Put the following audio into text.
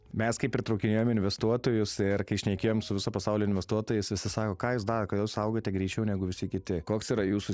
mes kai pritraukinėjom investuotojus ir kai šnekėjom su viso pasaulio investuotojai visi sako ką jūs daro kodėl jūs augote greičiau negu visi kiti koks yra jūsų